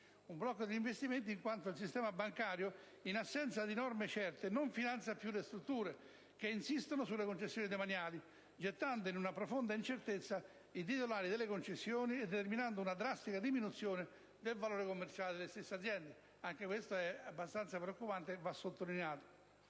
un blocco degli investimenti, in quanto il sistema bancario, in assenza di norme certe, non finanzia più le strutture che insistono sulle concessioni demaniali, gettando in una profonda incertezza i titolari delle stesse e determinando una drastica diminuzione del valore commerciale delle aziende. Anche questo aspetto è abbastanza preoccupante e va sottolineato.